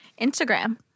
Instagram